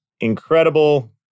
incredible